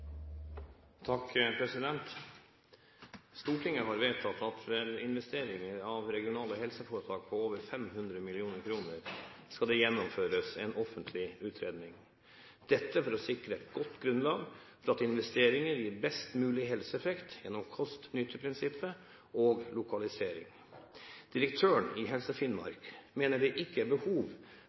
gjennomføres en offentlig utredning. Dette for å sikre et godt grunnlag for at investeringer gir best mulig helseeffekt gjennom kost- og nytteprinsippet og lokalisering. Direktøren i Helse Finnmark mener det ikke er behov